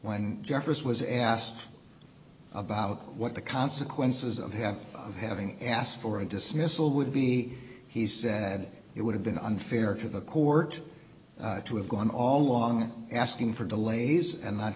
when jeffords was asked about what the consequences of have having asked for a dismissal would be he said it would have been unfair to the court to have gone all along asking for delays and not